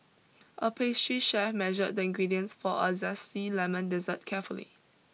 a pastry chef measured the ingredients for a zesty lemon dessert carefully